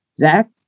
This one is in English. Zach